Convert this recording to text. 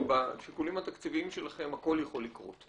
בשיקולים התקציביים שלכם הכל יכול לקרות.